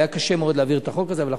והיה קשה מאוד להעביר את החוק הזה.